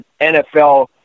NFL